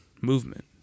movement